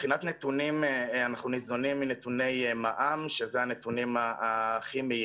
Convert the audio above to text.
מבחינתכם לא יהיה עיכוב בזה שהכסף יגיע